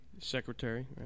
Secretary